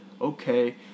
Okay